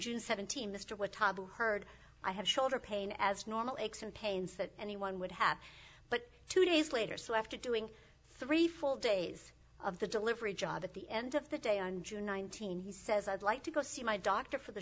june seventeenth mr whataburger heard i have shoulder pain as normal aches and pains that anyone would have but two days later so after doing three full days of the delivery job at the end of the day on june nineteenth he says i'd like to go see my doctor for the